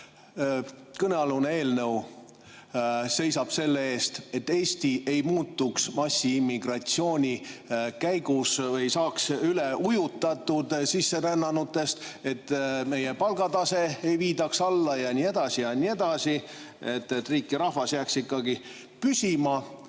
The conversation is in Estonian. Kõnealune eelnõu seisab selle eest, et Eesti ei muutuks massiimmigratsiooni käigus, ei saaks üle ujutatud sisserännanutest, meie palgataset ei viidaks alla ja nii edasi ja nii edasi, et riik ja rahvas jääks ikkagi püsima.